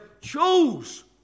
chose